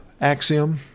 axiom